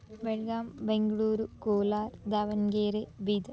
Belgaum Bengaluru Kolar Davangere Bidar